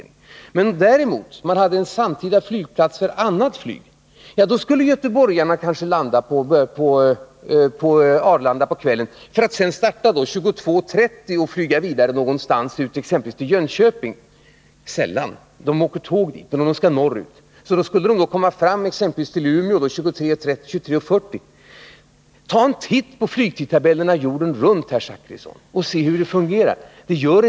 Om man däremot hade en flygplats för annat flyg samtidigt skulle göteborgarna kanske landa på Arlanda på kvällen för att sedan starta 22.30 och flyga vidare exempelvis till Jönköping hävdas det. Sällan — de åker tåg dit. Och de som skall resa norrut skulle komma fram exempelvis till Umeå 23.40. Ta en titt på flygtidtabellerna jorden runt, herr Zachrisson, och se hur det fungerar!